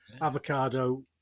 avocado